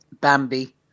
Bambi